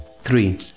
Three